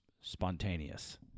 spontaneous